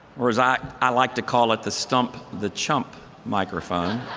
or as i i like to call it the stump the chump microphone.